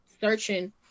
searching